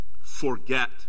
forget